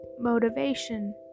motivation